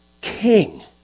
king